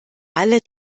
alle